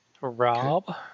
Rob